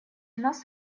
нас